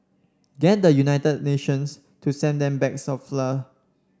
get the United Nations to send them bags of flour